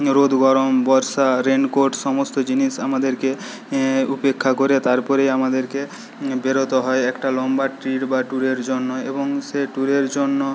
রোদ গরম বর্ষা রেনকোট সমস্ত জিনিস আমাদেরকে উপেক্ষা করে তারপরেই আমাদেরকে বেরোতে হয় একটা লম্বা ট্রিপ বা ট্যুরের জন্য এবং সে ট্যুরের জন্য